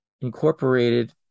incorporated